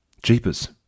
Jeepers